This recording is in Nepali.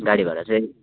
गाडी भाडा चाहिँ